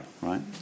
right